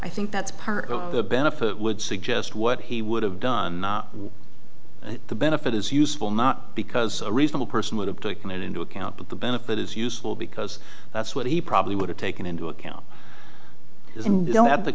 i think that's part of the benefit would suggest what he would have done with the benefit is useful not because a reasonable person would have taken it into account but the benefit is useful because that's what he probably would have taken into account is and they don't have the